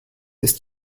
ist